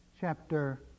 Chapter